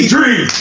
Dream